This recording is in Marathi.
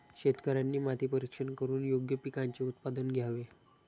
शेतकऱ्यांनी माती परीक्षण करून योग्य पिकांचे उत्पादन घ्यावे